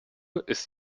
ist